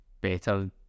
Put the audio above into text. better